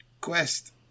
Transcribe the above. quest